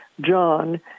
John